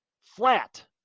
flat